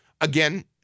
again